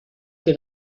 que